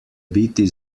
biti